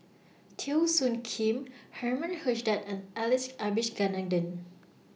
Teo Soon Kim Herman Hochstadt and Alex Abisheganaden